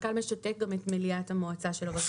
והמנכ"ל משתק גם את מליאת המועצה שלו.